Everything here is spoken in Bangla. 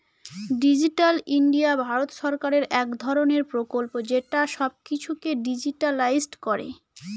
ডিজিটাল ইন্ডিয়া ভারত সরকারের এক ধরনের প্রকল্প যেটা সব কিছুকে ডিজিট্যালাইসড করে